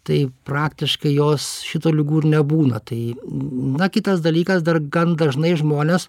tai praktiškai jos šito ligų ir nebūna tai na kitas dalykas dar gan dažnai žmonės